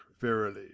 verily